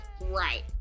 right